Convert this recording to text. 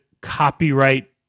copyright